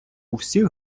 усіх